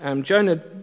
Jonah